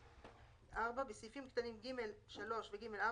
(4) בסעיפים קטנים (ג3) ו-(ג4),